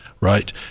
Right